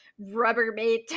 rubbermaid